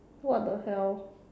what the hell